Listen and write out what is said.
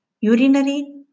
Urinary